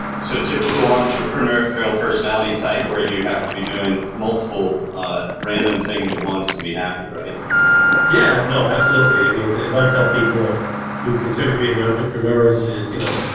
so typical entrepreneur personality type where you have to be doing multiple random things that wants to be happy right? eric yeah! no absolutely i mean as i tell people who consider being entrepreneur is you know?